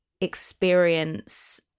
experience